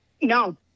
No